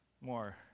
more